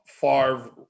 Favre